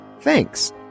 Thanks